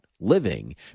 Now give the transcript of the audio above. living